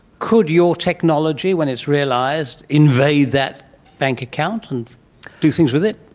could your technology, when it is realised, invade that bank account and do things with it?